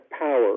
power